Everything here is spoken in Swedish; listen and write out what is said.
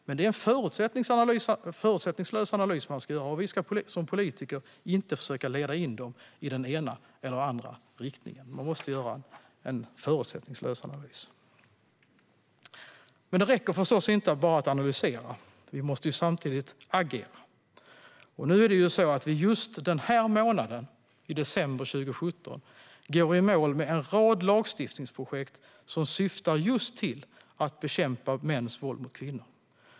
Men det är en förutsättningslös analys som man ska göra, och vi ska som politiker inte leda Brottsförebyggande rådet i den ena eller andra riktningen. Man måste göra en förutsättningslös analys. Det räcker förstås inte att bara analysera. Vi måste samtidigt agera. Just denna månad, i december 2017, går vi i mål med en rad lagstiftningsprojekt som syftar just till att bekämpa mäns våld mot kvinnor.